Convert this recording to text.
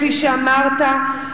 כפי שאמרת,